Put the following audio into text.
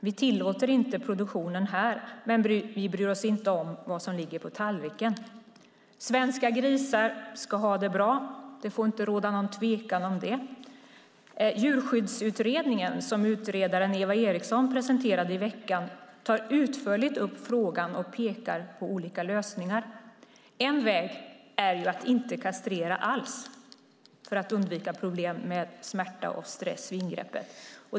Vi tillåter inte produktionen här men bryr oss inte om vad som ligger på tallriken. Svenska grisar ska ha det bra. Det får inte råda någon tvekan om det. Djurskyddsutredningen, som utredaren Eva Eriksson presenterade i veckan, tar utförligt upp frågan och pekar på olika lösningar. En väg är att inte kastrera alls, för att undvika problem med smärta och stress vid ingreppet.